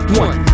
one